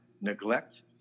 neglect